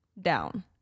down